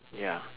ya